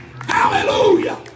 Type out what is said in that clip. Hallelujah